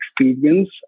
experience